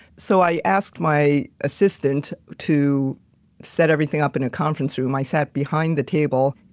so, i asked my assistant to set everything up in a conference room, i sat behind the table,